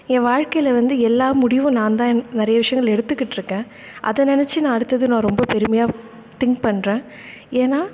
என் வாழ்க்கையில் வந்து எல்லா முடிவும் நான் தான் நிறைய விஷயங்கள் எடுத்துக்கிட்டு இருக்கேன் அதை நினச்சி நான் அடுத்தது நான் ரொம்ப பெருமையாக திங்க் பண்றேன் ஏன்னா